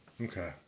Okay